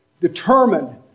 determined